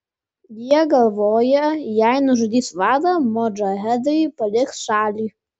jie galvoja jei nužudys vadą modžahedai paliks šalį